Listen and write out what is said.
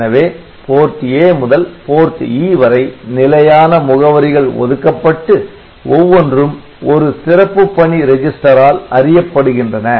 எனவே Port A முதல் Port E வரை நிலையான முகவரிகள் ஒதுக்கப்பட்டு ஒவ்வொன்றும் ஒரு சிறப்புப் பணி ரெஜிஸ்டரால் அறியப்படுகின்றன